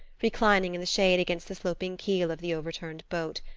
reclining in the shade against the sloping keel of the overturned boat.